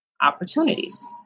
opportunities